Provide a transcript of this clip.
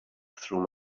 through